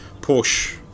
Porsche